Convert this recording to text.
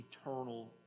eternal